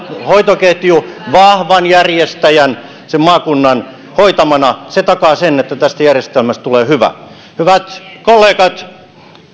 hoitoketju vahvan järjestäjän sen maakunnan hoitamana takaa sen että tästä järjestelmästä tulee hyvä hyvät kollegat